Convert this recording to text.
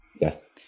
Yes